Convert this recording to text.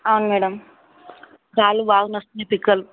అవును మేడం కాళ్ళు బాగా నొస్తున్నాయి పిక్కలు